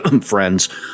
friends